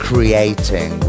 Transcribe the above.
creating